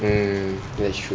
mm that's true